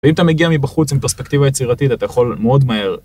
ואם אתה מגיע מבחוץ עם פרספקטיבה יצירתית אתה יכול מאוד מהר.